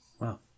Wow